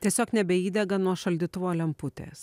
tiesiog nebeįdega nuo šaldytuvo lemputės